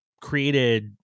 created